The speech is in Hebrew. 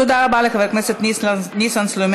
תודה רבה לחבר הכנסת ניסן סלומינסקי.